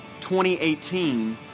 2018